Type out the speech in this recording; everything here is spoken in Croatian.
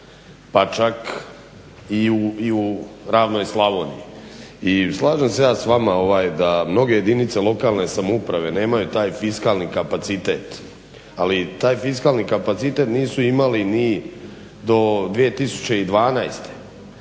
pa čak i u ravnoj Slavoniji. I slažem se ja s vama da mnoge jedinice lokalne samouprave namju taj fiskalni kapacitet ali taj fiskalni kapacitet nisu imali ni do 2012.